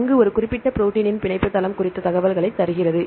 அங்கு ஒரு குறிப்பிட்ட ப்ரோடீனின் பிணைப்பு தளம் குறித்த தகவல்களை தருகிறது